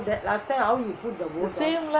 the same lah